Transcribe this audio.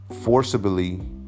forcibly